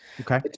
Okay